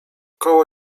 koło